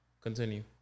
continue